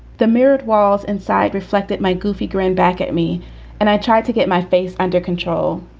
the mirrored walls inside reflected my goofy grin back at me and i tried to get my face under control.